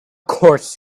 course